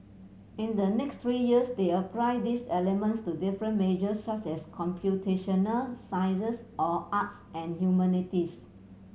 in the next three years they apply these elements to different majors such as computational sciences or arts and humanities